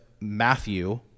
Matthew